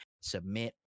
submit